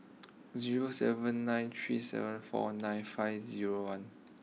zero seven nine three seven four nine five zero one